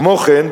כמו כן,